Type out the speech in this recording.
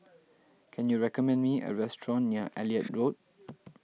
can you recommend me a restaurant near Elliot Road